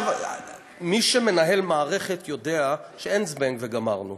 מי שמנהל מערכת יודע שאין "זבנג וגמרנו".